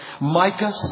Micah